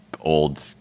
old